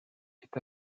est